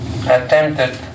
attempted